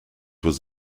was